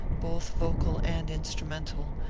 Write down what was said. both vocal and instrumental,